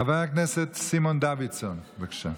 חבר הכנסת סימון דוידסון, בבקשה.